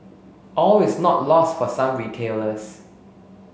all is not lost for some retailers